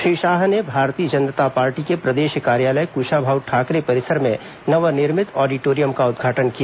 श्री शाह ने भारतीय जनता पार्टी के प्रदेश कार्यालय कुशाभाऊ ठाकरे परिसर में नवनिर्मित ऑडिटोरियम का उद्घाटन किया